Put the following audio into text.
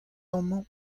amañ